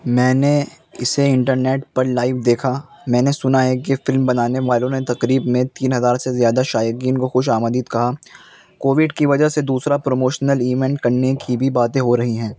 میں نے اسے انٹرنیٹ پر لائیو دیکھا میں نے سنا ہے کہ فلم بنانے والوں نے تقریب میں تین ہزارسے زیادہ شائقین کو خوش آمدید کہا کوویڈ کی وجہ سے دوسرا پروموشنل ایونٹ کرنے کی بھی باتیں ہو رہی ہیں